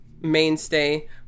mainstay